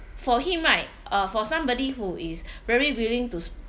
for him right uh for somebody who is very willing to